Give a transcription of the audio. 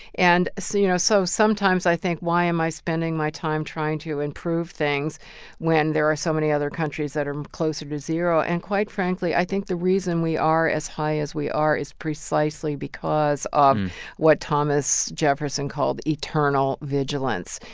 and, so you know, so sometimes i think, why am i spending my time trying to improve things when there are so many other countries that are closer to zero? and, quite frankly, i think the reason we are as high as we are is precisely because of what thomas jefferson called eternal vigilance.